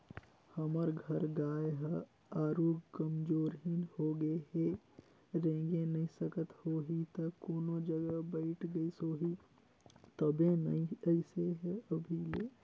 हमर घर गाय ह आरुग कमजोरहिन होगें हे रेंगे नइ सकिस होहि त कोनो जघा बइठ गईस होही तबे नइ अइसे हे अभी ले